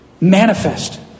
manifest